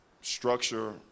structure